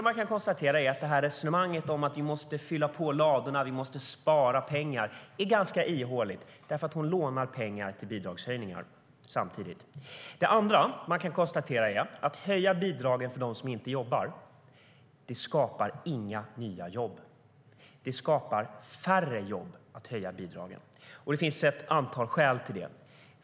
Man kan konstatera att resonemanget om att vi måste fylla på ladorna och spara pengar är ganska ihåligt, eftersom finansministern lånar pengar till bidragshöjningar. Det andra man kan konstatera är att höjda bidrag för dem som inte jobbar inte skapar några nya jobb. Det skapar färre jobb att höja bidragen, och det finns ett antal skäl till det.